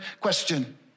question